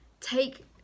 take